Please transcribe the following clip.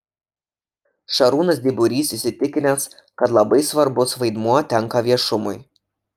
šarūnas dyburys įsitikinęs kad labai svarbus vaidmuo tenka viešumui